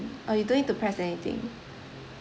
oh you don't need to press anything